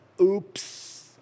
oops